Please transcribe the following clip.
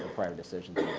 prior decisions.